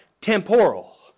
Temporal